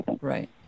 Right